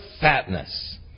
fatness